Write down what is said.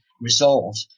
resolved